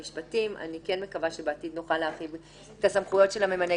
כן מקווה שבעתיד נוכל להרחיב את הסמכויות של הממונה,